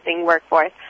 workforce